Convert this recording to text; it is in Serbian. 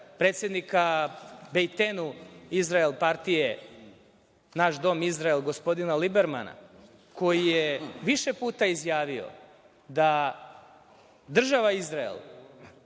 predsednika Izrael bejtenu partije – Naš dom Izrael, gospodina Libermana, koji je više puta izjavio da država Izrael